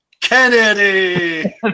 Kennedy